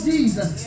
Jesus